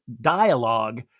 dialogue